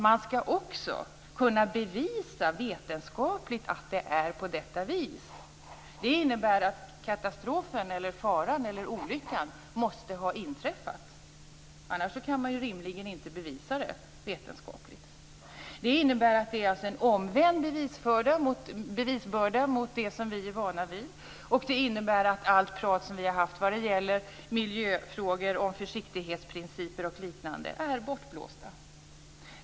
Man skall också vetenskapligt kunna bevisa att det är på detta vis. Det leder till att katastrofen, faran eller olyckan måste ha inträffat. Annars kan man rimligen inte bevisa det vetenskapligt. Det innebär att det är en omvänd bevisbörda som gäller mot det som vi är vana vid och det innebär att allt prat om miljöfrågor, försiktighetsprinciper o.d. är som bortblåst.